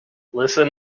listen